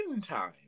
time